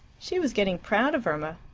she was getting proud of irma,